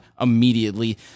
immediately